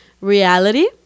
reality